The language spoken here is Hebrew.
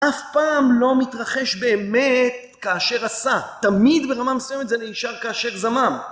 אף פעם לא מתרחש באמת כאשר עשה, תמיד ברמה מסוימת זה נשאר כאשר זמם.